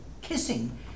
kissing